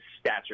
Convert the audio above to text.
stature